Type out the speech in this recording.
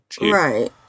Right